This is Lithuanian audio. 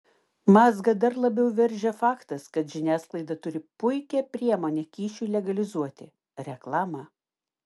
mazgą dar labiau veržia faktas kad žiniasklaida turi puikią priemonę kyšiui legalizuoti reklamą